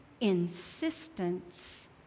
insistence